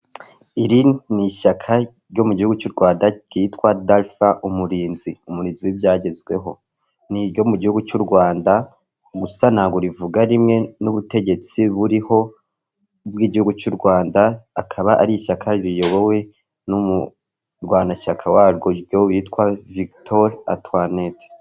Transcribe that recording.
Iri ni ishyaka ryo mu gihugu cy'u Rwanda ryitwa DALFA Umurinzi, umurinzi w'ibyagezweho, ni iryo mu gihugu cy'u Rwanda, gusa ntabwo rivuga rimwe n'ubutegetsi buriho bw'igihugu cy'u Rwanda, akaba ari ishyaka riyobowe n'umurwanashyaka waryo witwa Victoire Atoinette.